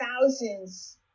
thousands